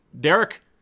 Derek